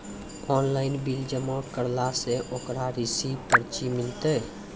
Online bill जमा करला से ओकरौ रिसीव पर्ची मिलतै?